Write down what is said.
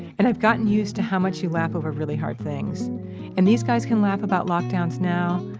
and i've gotten used to how much you laugh over really hard things and these guys can laugh about lockdowns now,